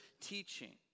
teaching